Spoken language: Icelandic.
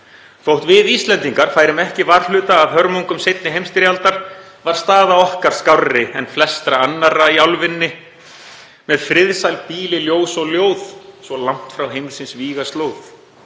Þótt við Íslendingar færum ekki varhluta af hörmungum seinni heimsstyrjaldar var staða okkar skárri en flestra annarra í álfunni, „með friðsæl býli, ljós og ljóð, svo langt frá heimsins vígaslóð.“